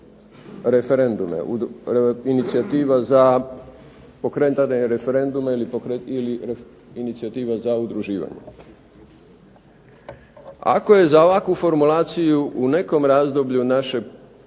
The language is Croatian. referendume, inicijativa za pokretanje referenduma ili inicijativa za udruživanje. Ako je za ovakvu formulaciju u nekom razdoblju naše